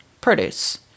produce